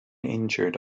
injured